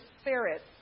spirit